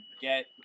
get